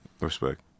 Respect